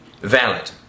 valid